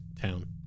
town